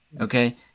Okay